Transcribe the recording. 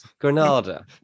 Granada